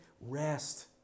rest